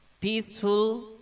peaceful